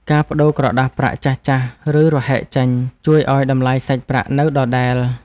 ការប្តូរក្រដាសប្រាក់ចាស់ៗ ឬរហែកចេញ ជួយឱ្យតម្លៃសាច់ប្រាក់នៅដដែល។